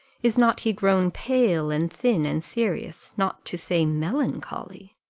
is not he grown pale, and thin, and serious, not to say melancholy?